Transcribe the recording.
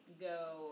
go